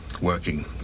working